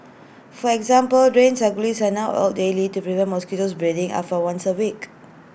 for example drains and gullies are now oiled daily to prevent mosquitoes breeding up from once A week